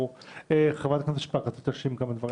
חברת הכנסת שפק, בבקשה.